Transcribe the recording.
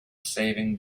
saving